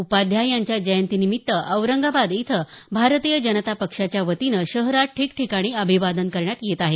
उपाध्याय यांच्या जयंती निमित्त औरंगाबाद इथं भारतीय जनता पक्षाच्या वतीनं शहरात ठिकठिकाणी अभिवादन करण्यात येत आहे